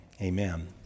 amen